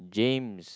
James